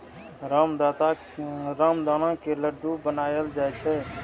रामदाना के लड्डू बनाएल जाइ छै